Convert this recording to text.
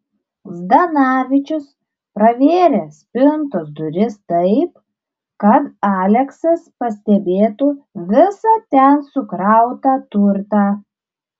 zdanavičius pravėrė spintos duris taip kad aleksas pastebėtų visą ten sukrautą turtą